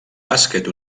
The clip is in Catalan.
bàsquet